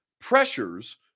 Pressures